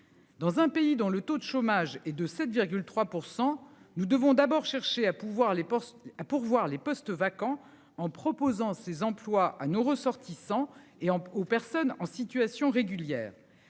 Dans un pays dont le taux de chômage est de 7,3%. Nous devons d'abord cherché à pourvoir les postes à pourvoir les postes vacants en proposant ses employes à nos ressortissants et en aux personnes en situation régulière.